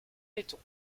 laiton